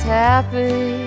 happy